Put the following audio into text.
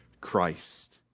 Christ